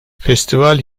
festival